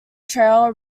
trail